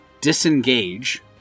disengage